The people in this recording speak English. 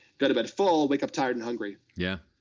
go to bed full, wake up tired and hungry. yeah.